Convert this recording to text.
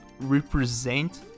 represent